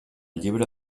llibre